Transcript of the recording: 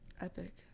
epic